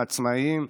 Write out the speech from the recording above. העצמאים,